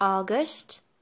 august